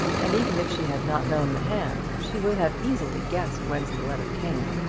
and even if she had not known the hand, she would have easily guessed whence the letter came.